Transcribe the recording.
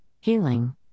Healing